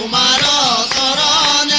um ah da da da